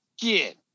Get